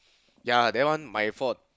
ya that one my fault